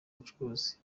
bucuruzi